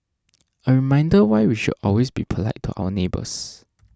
a reminder why we should always be polite to our neighbours